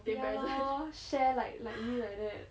ya lor share like like me like that